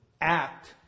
act